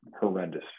horrendous